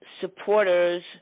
supporters